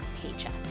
paycheck